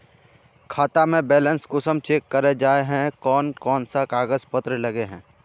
खाता में बैलेंस कुंसम चेक करे जाय है कोन कोन सा कागज पत्र लगे है?